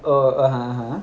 oh (uh huh)